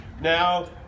now